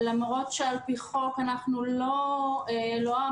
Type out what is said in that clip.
למרות שעל-פי חוק, אנחנו לא אמורים.